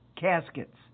caskets